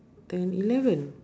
ten eleven